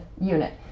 unit